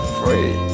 free